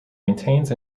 maintains